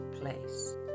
place